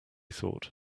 thought